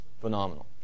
phenomenal